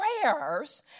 prayers